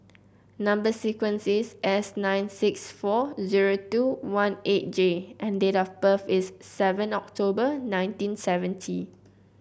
number sequence is S nine six four zero two one eight J and date of birth is seven October nineteen seventy